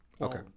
okay